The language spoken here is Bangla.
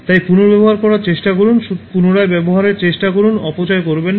তাই পুনর্ব্যবহার করার চেষ্টা করুন পুনরায় ব্যবহারের চেষ্টা করুন অপচয় করবেন না